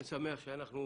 אני שמח שאנחנו